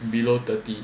below thirty